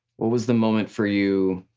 what was the moment for you,